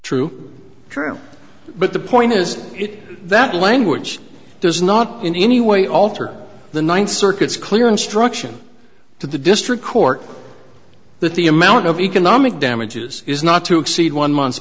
true true but the point is it that language does not in any way alter the ninth circuit's clear instruction to the district court that the amount of economic damages is not to exceed one month